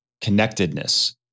connectedness